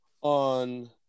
on